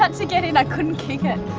but to get in, i couldn't kick it.